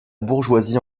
bourgeoisie